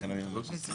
טוב, אוקיי.